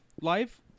live